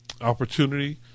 opportunity